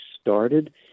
started